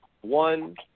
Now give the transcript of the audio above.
one